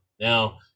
now